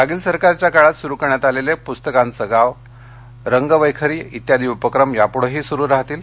मागील सरकारच्या काळात सुरू करण्यात आलेले पुस्तकांचे गाव रंगवैखरी आदी उपक्रम यापुढेही सुरू राहतील